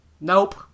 Nope